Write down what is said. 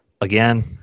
again